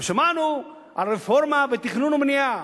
גם שמענו על רפורמה בתכנון ובבנייה,